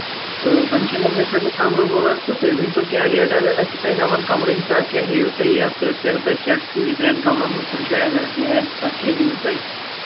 تہٕ یمن چھِ خٲطرٕ کَمرٕ ضروٗرت تہٕ تُہۍ ؤنۍتَو کیٚاہ ریٚٹاہ ویٚٹاہ چھِو تُہۍ ہیٚوان کَمرٕ حِساب کیٚاہ ہیٚیو تُہۍ یا سیٚٹ چھُ ییٚتیٚن کٍتیٚن کمرن ہُنٛد کُنہِ جایہِ اگر یہِ آسہِ تتھ کیٛاہ ہیٚیِو تُہۍ